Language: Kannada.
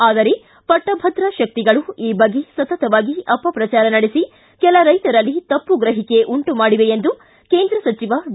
ಆದರೆ ಪಟ್ಟಭದ್ರ ಶಕ್ತಿಗಳು ಈ ಬಗ್ಗೆ ಸತತವಾಗಿ ಅಪಪ್ರಚಾರ ನಡೆಸಿ ಕೆಲ ರೈತರಲ್ಲಿ ತಪ್ಪುಗ್ರಹಿಕೆ ಉಂಟುಮಾಡಿವೆ ಎಂದು ಕೇಂದ್ರ ಸಚಿವ ಡಿ